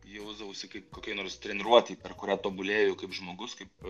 jausdavausi kaip kokioj nors treniruotėj per kurią tobulėju kaip žmogus kaip